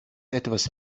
etwas